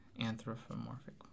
anthropomorphic